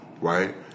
right